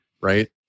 Right